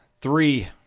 three